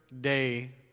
day